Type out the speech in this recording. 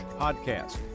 podcast